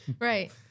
Right